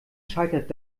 scheitert